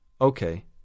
Okay